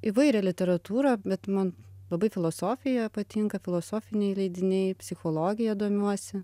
įvairią literatūrą bet man labai filosofija patinka filosofiniai leidiniai psichologija domiuosi